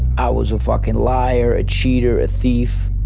i was a fucking liar, a cheater, a thief,